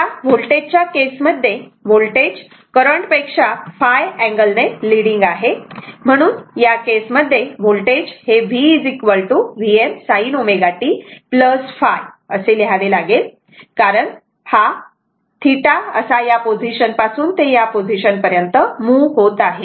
आता व्होल्टेजच्या केस मध्ये व्होल्टेज हे करंट पेक्षा ϕ अँगल ने लीडिंग आहे म्हणून या केस मध्ये voltage v Vm sin ω t ϕ असे लिहावे लागेल कारण हा θ असा या पोझिशन पासून ते या पोझिशन पर्यंत मूव्ह होत आहे